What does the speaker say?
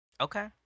okay